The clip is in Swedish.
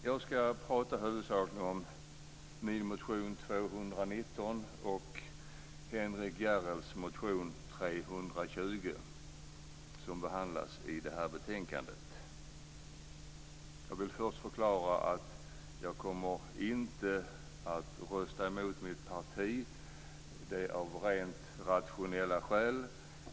Jag ska prata huvudsakligen om min motion 219 och Henrik Järrels motion 320, som behandlas i det här betänkandet. Jag vill först förklara att jag inte kommer att rösta emot mitt parti av rent rationella skäl.